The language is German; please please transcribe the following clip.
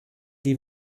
die